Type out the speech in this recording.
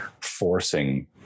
forcing